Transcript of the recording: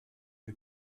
ihr